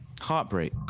heartbreak